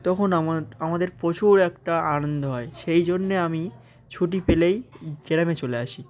তখন আমার আমাদের প্রচুর একটা আনন্দ হয় সেই জন্যে আমি ছুটি পেলেই গ্রামে চলে আসি